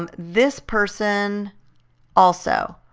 um this person also.